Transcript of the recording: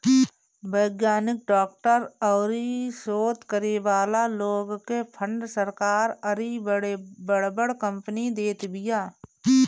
वैज्ञानिक, डॉक्टर अउरी शोध करे वाला लोग के फंड सरकार अउरी बड़ बड़ कंपनी देत बिया